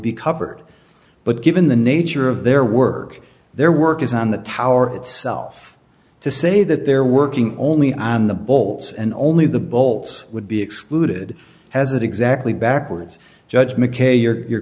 be covered but given the nature of their work their work is on the tower itself to say that they're working only on the bolts and only the bolts would be excluded has it exactly backwards judge mckay your